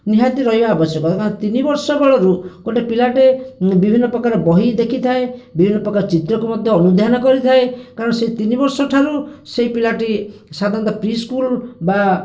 ନିହାତି ରହିବା ଆବଶ୍ୟକ ତିନି ବର୍ଷ ବେଳରୁ ଗୋଟିଏ ପିଲାଟେ ବିଭିନ୍ନ ପ୍ରକାର ବହି ଦେଖିଥାଏ ବିଭିନ୍ନ ପ୍ରକାର ଚିତ୍ରକୁ ମଧ୍ୟ ଅନୁଧ୍ୟାନ କରିଥାଏ କାରଣ ସେ ତିନି ବର୍ଷଠାରୁ ସେହି ପିଲାଟି ସାଧାରଣତଃ ପ୍ରିସ୍କୁଲ ବା